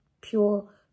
pure